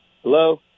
Hello